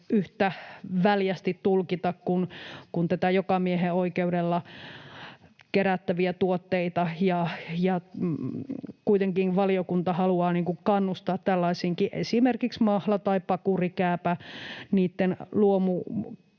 yhtä väljästi tulkita kuin näitä jokamiehenoikeudella kerättäviä tuotteita. Kuitenkin valiokunta haluaa kannustaa tällaistenkin, esimerkiksi mahlan tai pakurikäävän,